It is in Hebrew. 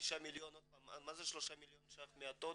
מהחמישה מיליון, מה זה שלושה מיליון ₪ מהטוטו,